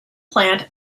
plant